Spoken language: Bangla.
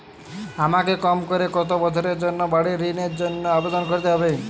আমাকে কম করে কতো বছরের জন্য বাড়ীর ঋণের জন্য আবেদন করতে হবে?